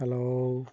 hello